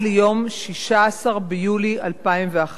12 ביולי 2011